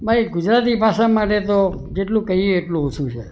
ભાઈ ગુજરાતી ભાષા માટે તો જેટલું કહીએ એટલું ઓછું છે